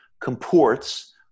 comports